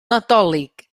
nadolig